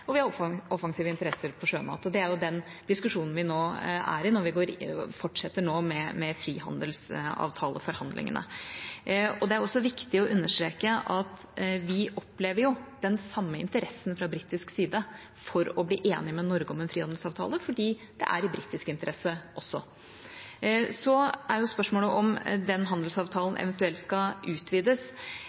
og vi har offensive interesser for sjømat, og det er den diskusjonen vi er i når vi nå fortsetter med frihandelsavtaleforhandlingene. Det er viktig å understreke at vi opplever den samme interessen fra britisk side for å bli enig med Norge om en frihandelsavtale, fordi det også er i britisk interesse. Så er spørsmålet om den handelsavtalen eventuelt skal utvides.